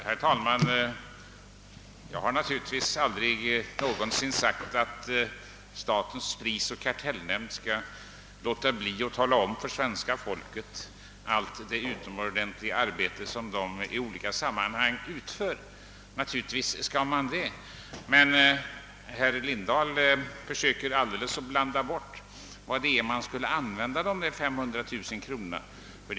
Herr talman! Jag har naturligtvis aldrig någonsin sagt, att statens prisoch kartellnämnd skall låta bli att tala om för svenska folket allt det utomordentligt värdefulla arbete som nämnden i olika sammanhang utför. Naturligtvis bör man göra det. Men herr Lindahl försöker här alldeles att blanda bort vad det egentligen är som man skulle använda dessa 500 000 kronor till.